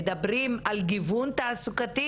אם מדברים על גיוון תעסוקתי